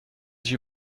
sich